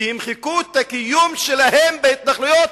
שימחקו את הקיום שלהם בהתנחלויות,